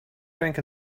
drink